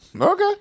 Okay